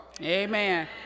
Amen